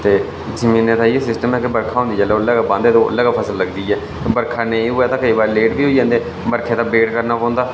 ते जमीनै दा इ'यै सिस्टम ऐ कि बरखा होंदी जेल्लै ओल्लै गै बांह्दे ओल्लै गै फसल लगदी बरखा नेईं होऐ तां केईं बारी ले ट बी होई जंदी ते बरखा दा वेट करना पोंदा